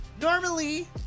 Normally